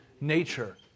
nature